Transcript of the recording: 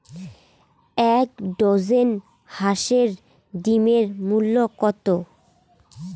এক ডজন হাঁসের ডিমের মূল্য কত?